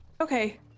Okay